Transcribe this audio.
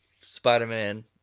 spider-man